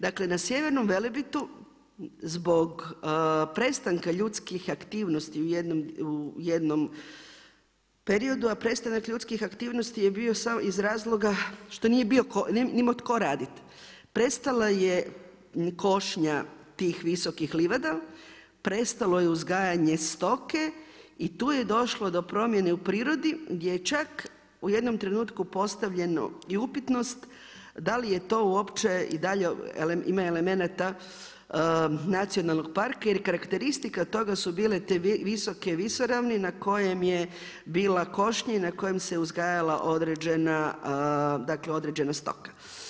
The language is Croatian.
Dakle, na Sjevernom Velebitu, zbog prestanka ljudskih aktivnosti u jednom periodu, a prestanak ljudskih aktivnosti je bio samo iz razloga što nije imao tko raditi, prestala je košnja tih visokih livada, prestalo je uzgajanje stoke i tu je došlo do promjene u prirodi gdje je čak u jednom trenutku postavljano i upitanost, da li je to uopće ima li elemenata nacionalnog parka, jer karakteristike toga su bile visoke visoravni na kojem je bila košnja i na kojem se uzgajala određena stoka.